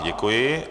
Děkuji.